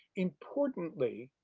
importantly,